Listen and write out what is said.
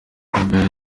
yanze